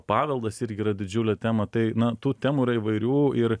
paveldas irgi yra didžiulė tema tai na tų temų yra įvairių ir